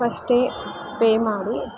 ಫಸ್ಟೇ ಪೇ ಮಾಡಿ